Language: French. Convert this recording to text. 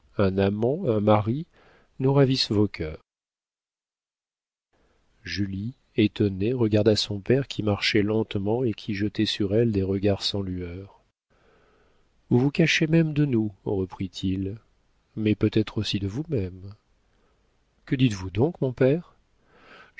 un amant un mari nous ravissent vos cœurs julie étonnée regarda son père qui marchait lentement et qui jetait sur elle des regards sans lueur vous vous cachez même de nous reprit-il mais peut-être aussi de vous-même que dites-vous donc mon père